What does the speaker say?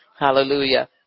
Hallelujah